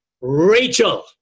Rachel